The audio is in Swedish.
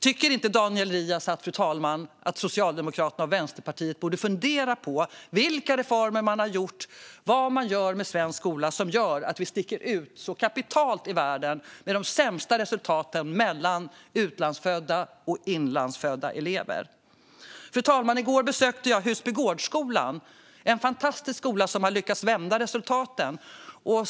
Tycker inte Daniel Riazat att Socialdemokraterna och Vänsterpartiet borde fundera på vilka reformer man har gjort? Varför sticker svensk skola ut så kapitalt i världen gällande skillnaderna mellan utlandsfödda och svenskfödda elever? Fru talman! I går besökte jag Husbygårdsskolan, en fantastisk skola som har lyckats vända resultaten.